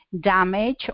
damage